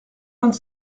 vingt